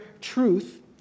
truth